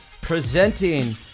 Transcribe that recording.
Presenting